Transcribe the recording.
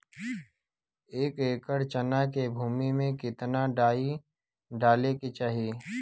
एक एकड़ चना के भूमि में कितना डाई डाले के चाही?